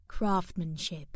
Craftsmanship